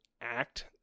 act